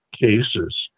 cases